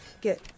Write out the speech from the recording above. get